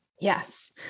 Yes